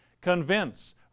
Convince